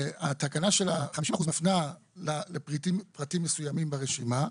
התקנה של ה-50% מפנה לפריטים מסוימים ברשימה,